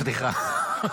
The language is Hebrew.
סליחה.